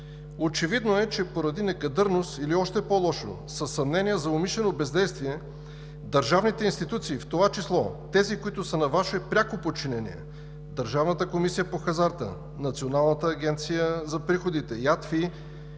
Очевидно е, че поради некадърност или още по-лошо – със съмнения за умишлено бездействие – държавните институции, в това число и тези, които са на Ваше пряко подчинение – Държавната комисия по хазарта, Националната агенция по приходите и